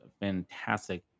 fantastic